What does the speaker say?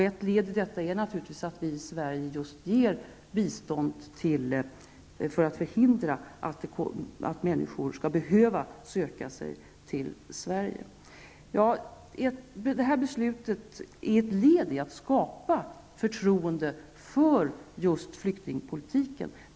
Ett led i det arbetet är naturligtvis att vi i Sverige ger bistånd för att förhindra att människor skall behöva söka sig till Sverige. Det här beslutet är ett led i strävandena att skapa förtroende för just flyktingpolitiken.